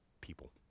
people